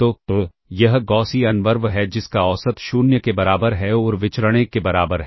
तो यह Gaussian RV है जिसका औसत 0 के बराबर है और विचरण 1 के बराबर है